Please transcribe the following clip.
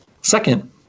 Second